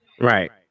Right